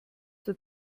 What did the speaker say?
der